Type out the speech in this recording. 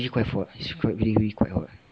quite hot it's like really really quite hot